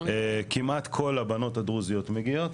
כמעט כל הבנות הדרוזיות מגיעות,